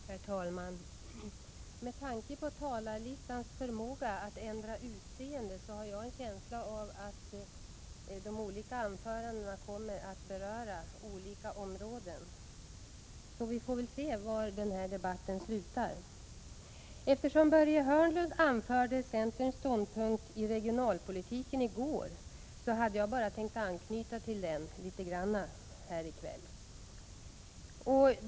Herr talman! Med tanke på talarlistans egenskap att kunna ändra utseende har jag en känsla av att anförandena nu kommer att beröra skilda områden. Vi får väl se var den här debatten slutar. Eftersom Börje Hörnlund redovisade centerns ståndpunkt i regionalpolitiken i går hade jag tänkt anknyta till den bara helt kortfattat i kväll.